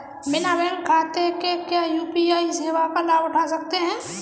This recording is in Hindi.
बिना बैंक खाते के क्या यू.पी.आई सेवाओं का लाभ उठा सकते हैं?